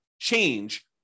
change